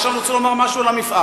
עכשיו אני רוצה לומר משהו על המפעל.